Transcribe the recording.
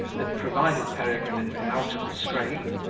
that provided peregrine had been out of the scrape,